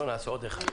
שלא נעשה עוד אחד.